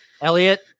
Elliot